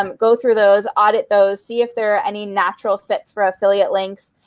um go through those. audit those. see if there are any natural fits for affiliate links.